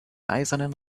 eisernen